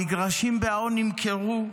המגרשים בקיבוץ האון נמכרו,